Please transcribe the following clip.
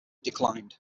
declined